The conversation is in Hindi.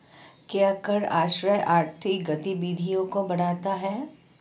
क्या कर आश्रय आर्थिक गतिविधियों को बढ़ाता है?